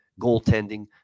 goaltending